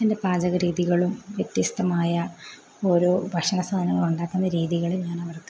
എൻ്റെ പാചക രീതികളും വ്യത്യസ്തമായ ഓരോ ഭക്ഷണ സാധനങ്ങൾ ഉണ്ടാക്കുന്ന രീതികളും ഞാൻ അവർക്ക്